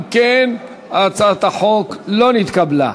אם כן, הצעת החוק לא נתקבלה.